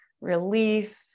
relief